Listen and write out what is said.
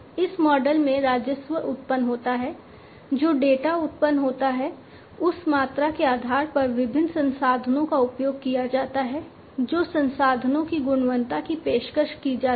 इस मॉडल में राजस्व उत्पन्न होता है जो डेटा उत्पन्न होता है उस मात्रा के आधार पर विभिन्न संसाधनों का उपयोग किया जाता है जो संसाधनों की गुणवत्ता की पेशकश की जाती है